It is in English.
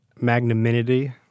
magnanimity